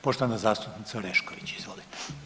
Poštovana zastupnica Orešković, izvolite.